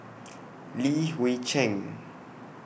Li Hui Cheng